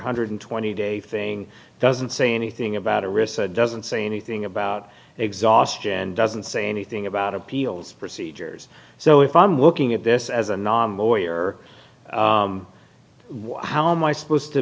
hundred and twenty day thing doesn't say anything about a risk doesn't say anything about exhaustion and doesn't say anything about appeals procedures so if i'm looking at this as a lawyer how am i supposed to